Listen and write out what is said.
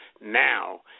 now